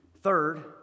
Third